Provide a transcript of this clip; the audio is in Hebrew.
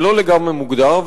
זה לא לגמרי מוגדר,